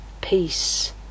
peace